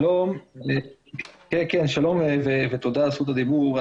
שלום ותודה על זכות הדיבור.